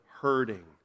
hurting